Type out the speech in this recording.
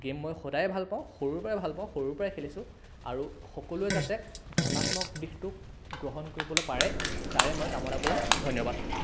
game মই সদায় ভাল পাওঁ সৰুৰে পৰা ভাল পাওঁ সৰুৰ পৰাই খেলিছোঁ আৰু সকলোৱে যাতে ধনাত্মক দিশটোক গ্ৰহণ কৰিবলৈ পাৰে তাৰে মই কামনা কৰিম ধন্যবাদ